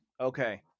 Okay